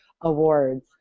awards